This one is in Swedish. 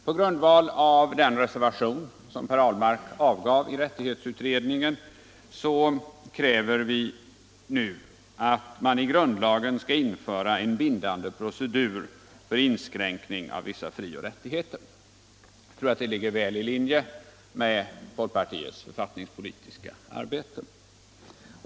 På grundval av den reservation som Per Ahlmark avgav i rättighetsutredningen kräver vi nu att det i grundlagen skall införas en bindande procedur för inskränkning av vissa frioch rättigheter. Jag tror att det ligger väl i linje med folkpartiets författningspolitiska arbete.